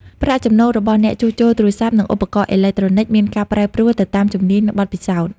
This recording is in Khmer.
ប្រាក់ចំណូលរបស់អ្នកជួសជុលទូរស័ព្ទ និងឧបករណ៍អេឡិចត្រូនិចមានការប្រែប្រួលទៅតាមជំនាញ បទពិសោធន៍។